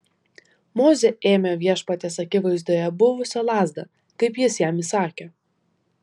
mozė ėmė viešpaties akivaizdoje buvusią lazdą kaip jis jam įsakė